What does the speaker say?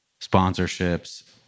sponsorships